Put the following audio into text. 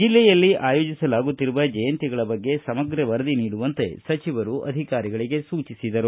ಜಿಲ್ಲೆಯಲ್ಲಿ ಆಯೋಜಿಸಲಾಗುತ್ತಿರುವ ಜಯಂತಿಗಳ ಬಗ್ಗೆ ಸಮಗ್ರ ವರದಿ ನೀಡುವಂತೆ ಸಚಿವರು ಸೂಚಿಸಿದರು